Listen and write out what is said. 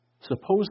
Suppose